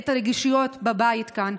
את הרגישויות בבית כאן,